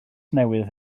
newydd